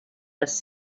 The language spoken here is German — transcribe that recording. das